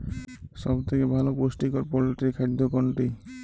সব থেকে ভালো পুষ্টিকর পোল্ট্রী খাদ্য কোনটি?